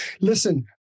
listen